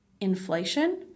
inflation